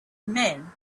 men